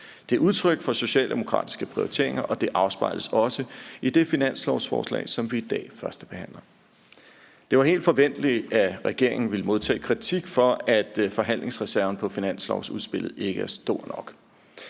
Det er udtryk for socialdemokratiske prioriteringer, og det afspejles også i det finanslovsforslag, som vi i dag førstebehandler. Det var helt forventeligt, at regeringen ville modtage kritik for, at forhandlingsreserven i finanslovsudspillet ikke er stor nok.